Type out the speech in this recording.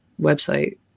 website